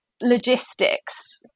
logistics